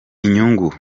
inyungu